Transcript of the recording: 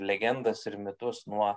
legendas ir mitus nuo